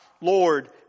Lord